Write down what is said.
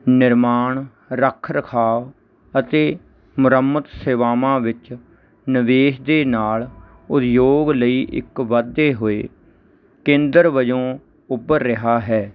ਨਿਰਮਾਣ ਰੱਖ ਰਖਾਵ ਅਤੇ ਮੁਰੰਮਤ ਸੇਵਾਵਾਂ ਵਿੱਚ ਨਿਵੇਸ਼ ਦੇ ਨਾਲ ਉਦਯੋਗ ਲਈ ਇੱਕ ਵੱਧਦੇ ਹੋਏ ਕੇਂਦਰ ਵਜੋਂ ਉੱਭਰ ਰਿਹਾ ਹੈ